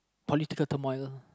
political turmoil